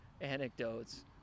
anecdotes